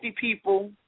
people